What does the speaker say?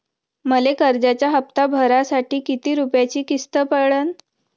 मले कर्जाचा हप्ता भरासाठी किती रूपयाची किस्त पडन?